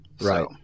right